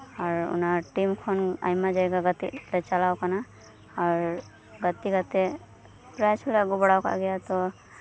ᱟᱨ ᱚᱱᱟ ᱴᱤᱢ ᱠᱷᱚᱱ ᱟᱭᱢᱟ ᱡᱟᱭᱜᱟ ᱜᱟᱛᱮᱜ ᱞᱮ ᱪᱟᱞᱟᱣ ᱟᱠᱟᱱᱟ ᱟᱨ ᱜᱟᱛᱮ ᱠᱟᱛᱮᱜ ᱯᱨᱟᱭᱤᱡᱽ ᱦᱚᱸᱞᱮ ᱟᱜᱩ ᱵᱟᱲᱟᱣ ᱟᱠᱟᱫ ᱜᱮᱭᱟ ᱛᱚ